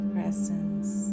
Presence